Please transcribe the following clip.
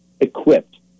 equipped